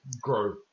grow